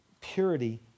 purity